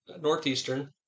northeastern